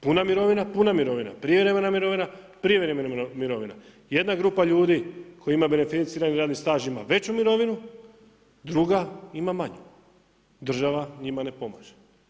Puna mirovina-puna mirovina, prijevremena mirovina-prijevremena mirovina, jedna grupa ljudi koja ima beneficirani radni staž ima veću mirovinu, druga ima manju država njima ne pomaže.